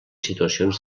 situacions